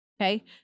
Okay